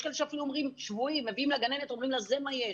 יש כאלה שאפילו מביאים לגננת ואומרים לה: זה מה יש,